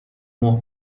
مهر